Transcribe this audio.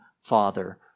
father